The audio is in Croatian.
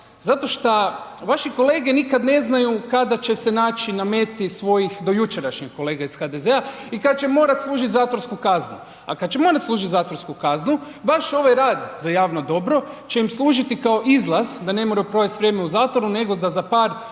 Zato šta vaši kolege nikad ne znaju kada će se naći na meti svojih dojučerašnjih kolega iz HDZ-a i kada će morati služiti zatvorsku kaznu. A kada će morati služiti zatvorsku kaznu baš ovaj rad za javno dobro će im služiti kao izlaz da ne moraju provesti vrijeme u zatvoru nego da za par